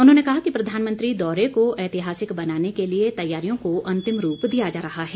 उन्होंने कहा कि प्रधानमंत्री दौरे को ऐतिहासिक बनाने के लिए तैयारियों को अंतिम रूप दिया जा रहा है